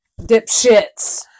Dipshits